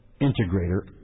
Integrator